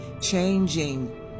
changing